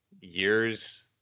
years